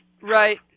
Right